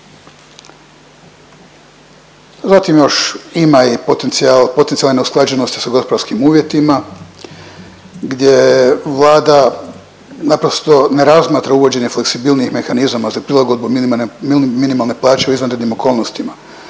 Zatim još ima potencijal, potencijalne neusklađenosti s .../Govornik se ne razumije./... uvjetima gdje Vlada naprosto ne razmatra uvođenje fleksibilnijeg mehanizama za prilagodbu minimalne plaće u izvanrednim okolnostima.